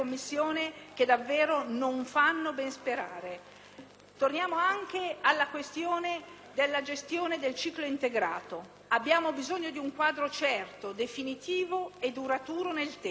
che davvero non fanno ben sperare. Torniamo anche alla questione della gestione del ciclo integrato. Abbiamo bisogno di un quadro certo, definitivo e duraturo nel tempo: